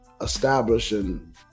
establishing